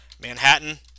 Manhattan